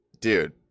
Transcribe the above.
dude